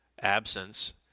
absence